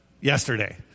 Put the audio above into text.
yesterday